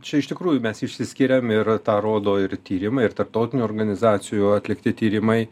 čia iš tikrųjų mes išsiskyriam ir tą rodo ir tyrimai ir tarptautinių organizacijų atlikti tyrimai